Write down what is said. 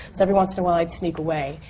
so every once in a while, i would sneak away.